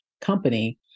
company